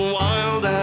wild